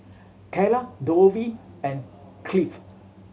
Kylah Dovie and Cliffie